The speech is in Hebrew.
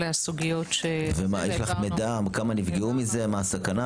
יש לך מידע כמה נפגעו מזה, מה הסכנה?